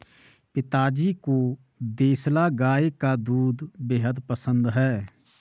पिताजी को देसला गाय का दूध बेहद पसंद है